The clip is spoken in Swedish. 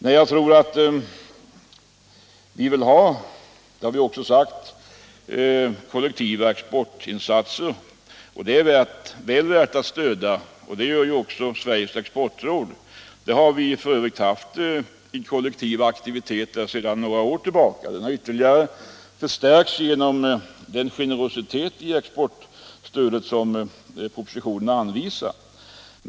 Vi vill däremot — och det har vi också sagt — ha effektiva, välplanerade, både kollektiva och individuella, exportinsatser. Den vägen har vi med gott stöd av Sveriges exportråd redan beträtt sedan flera år tillbaka.